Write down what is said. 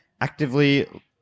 actively